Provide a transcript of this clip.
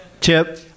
Chip